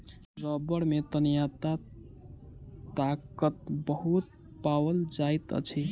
रबड़ में तन्यता ताकत बहुत पाओल जाइत अछि